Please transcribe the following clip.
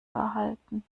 erhalten